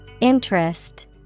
Interest